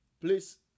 please